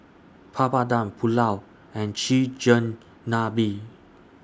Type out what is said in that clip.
Papadum Pulao and Chigenabe